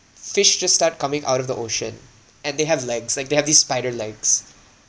fish just start coming out of the ocean and they have legs like they have these spider legs